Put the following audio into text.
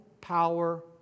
power